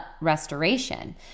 restoration